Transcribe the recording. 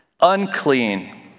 unclean